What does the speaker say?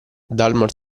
dalmor